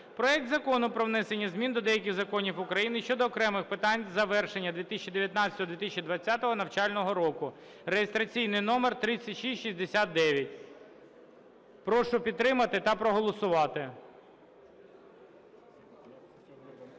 проекту Закону про внесення змін до деяких законів України щодо окремих питань завершення 2019-2020 навчального року (реєстраційний номер 3669). Прошу підтримати та проголосувати.